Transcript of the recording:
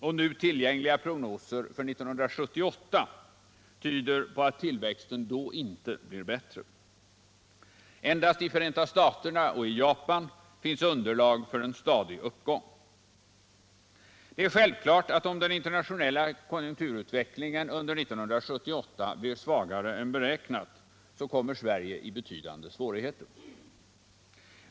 Och nu tillgängliga prognoser för 1978 tyder på att tillväxten då inte blir bättre. Endast i Förenta staterna och i Japan finns underlag för en stadig uppgång. Det är självklart att om den internationella konjunkturutvecklingen 1978 blir svagare än beräknat, kommer Sverige i betydande svårigheter.